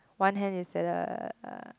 one hand is the other